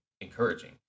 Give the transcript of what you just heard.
encouraging